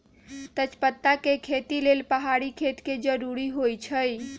तजपत्ता के खेती लेल पहाड़ी खेत के जरूरी होइ छै